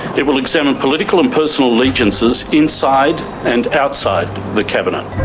it will examine political and personal allegiances inside and outside the cabinet.